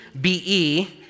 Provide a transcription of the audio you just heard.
B-E